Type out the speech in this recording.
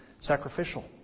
sacrificial